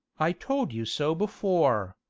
i told you so before.